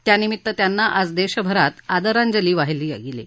त्यानिमित्त त्यांना आज देशभरात आदरांजली वाहिली जात आहे